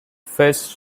first